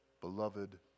beloved